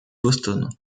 boston